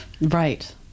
Right